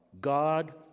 God